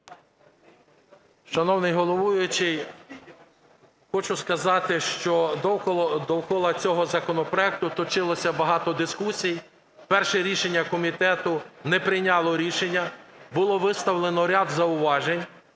Шановний головуючий, хочу сказати, що довкола цього законопроекту точилося багато дискусій. Перше рішення комітету не прийняло рішення, було виставлено ряд зауважень.